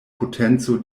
potenco